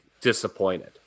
disappointed